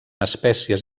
espècies